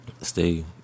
Stay